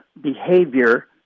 behavior